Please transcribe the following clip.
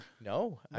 No